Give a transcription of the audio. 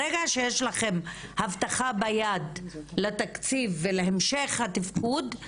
ברגע שיש לכם הבטחה ביד לתקציב ולהמשך התפקוד,